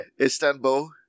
Istanbul